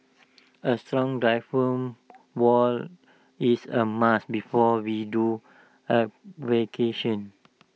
A strong diaphragm wall is A must before we do